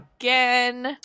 again